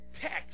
text